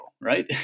right